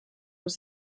was